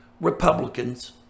Republicans